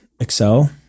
Excel